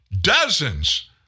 Dozens